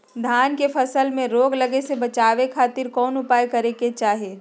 धान के फसल में रोग लगे से बचावे खातिर कौन उपाय करे के चाही?